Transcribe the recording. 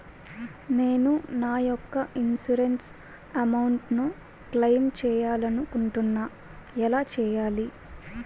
నేను నా యెక్క ఇన్సురెన్స్ అమౌంట్ ను క్లైమ్ చేయాలనుకుంటున్నా ఎలా చేయాలి?